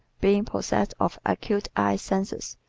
being possessed of acute eye senses,